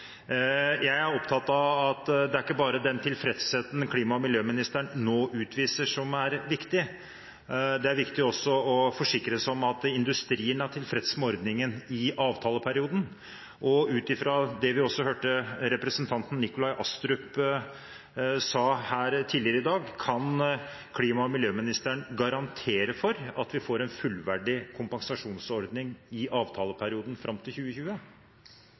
Jeg er opptatt av at det ikke bare er den tilfredsheten klima- og miljøministeren nå utviser, som er viktig, det er også viktig å forsikre seg om at industrien er tilfreds med ordningen i avtaleperioden. Ut fra det vi også hørte representanten Nikolai Astrup sa her tidligere i dag, kan klima- og miljøministeren garantere for at vi får en fullverdig kompensasjonsordning i avtaleperioden fram til 2020?